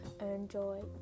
enjoy